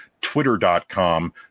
twitter.com